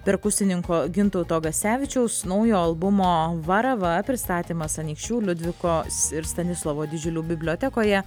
perkusininko gintauto gascevičiaus naujo albumo varava pristatymas anykščių liudvikos ir stanislovo didžiulių bibliotekoje